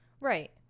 Right